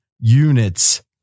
units